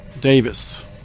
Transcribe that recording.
Davis